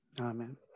Amen